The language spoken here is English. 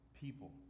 people